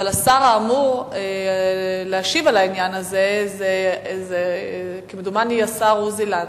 אבל השר האמור להשיב על העניין הזה הוא כמדומני השר עוזי לנדאו.